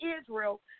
Israel